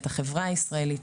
את החברה הישראלית,